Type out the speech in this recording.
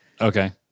Okay